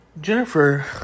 Jennifer